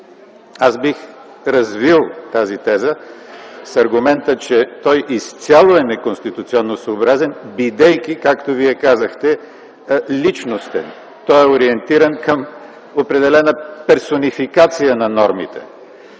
Аз бих развил тази теза с аргумента, че той изцяло е неконституционосъобразен, бидейки, както Вие казахте – личностен. Той е ориентиран към определена персонификация на нормите,